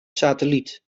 satelliet